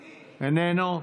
איננו,